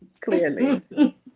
Clearly